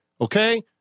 okay